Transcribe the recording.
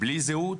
בלי זהות,